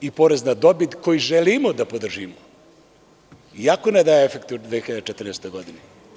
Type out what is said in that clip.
Porez na dobit koji želimo da podržimo iako ne daju efekte u 2014. godini.